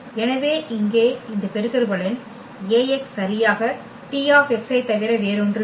எனவே இங்கே இந்த பெருக்கற்பலன் Ax சரியாக T ஐத் தவிர வேறொன்றுமில்லை